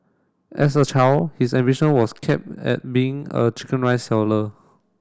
as a child his ambition was cap at being a chicken rice seller